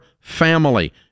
family